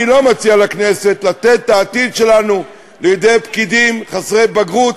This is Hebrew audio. אני לא מציע לכנסת לתת את העתיד שלנו בידי פקידים חסרי בגרות,